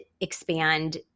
expand